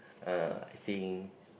uh I think